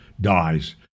dies